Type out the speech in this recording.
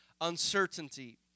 uncertainty